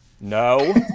No